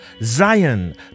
Zion